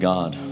God